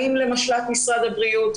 האם למשל"ט משרד הבריאות,